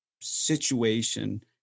situation